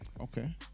Okay